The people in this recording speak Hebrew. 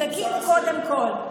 תקימו קודם כול.